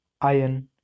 Iron